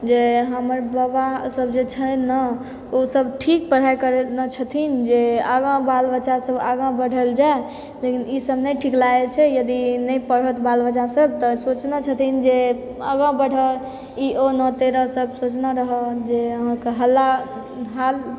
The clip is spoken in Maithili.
जे हमर बाबासभ जे छै ने ओसभ ठीक पढ़ाइ करेने छथिन जे आगाँ बाल बच्चासभ आगाँ बढ़ल जाय लेकिन ईसभ नहि ठीक लागैत छै यदि नहि पढ़त बाल बच्चासभ तऽ सोचने छथिन जे आगाँ बढ़त ई ओ तहिना सभ सोचने रहै जे हल्ला हाल